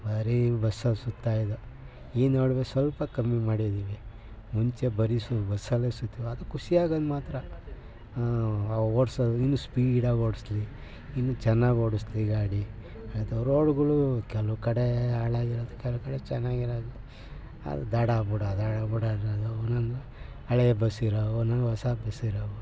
ಬರೀ ಬಸ್ಸಲ್ಲಿ ಸುತ್ತಾಯಿದ್ದೋ ಈ ನಡುವೆ ಸ್ವಲ್ಪ ಕಮ್ಮಿ ಮಾಡಿದೀನಿ ಮುಂಚೆ ಬರೀ ಸು ಬಸ್ಸಲ್ಲೇ ಸುತ್ತೋದು ಅದು ಖುಷಿಯಾಗೋದು ಮಾತ್ರ ಓಡ್ಸೋದು ಇನ್ನೂ ಸ್ಪೀಡಾಗಿ ಓಡಿಸ್ಲಿ ಇನ್ನೂ ಚೆನ್ನಾಗಿ ಓಡಿಸ್ಲಿ ಗಾಡಿ ರೋಡುಗಳು ಕೆಲವು ಕಡೆ ಹಾಳಾಗಿರೋದು ಕೆಲವು ಕಡೆ ಚೆನ್ನಾಗಿರೋದು ಅದು ದಡ ಬುಡ ದಡ ಬುಡ ಅನ್ನೋದು ಒಂದೊಂದು ಹಳೆ ಬಸ್ ಇರೋವು ಒಂದೊಂದು ಹೊಸ ಬಸ್ ಇರೋವು